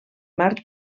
mar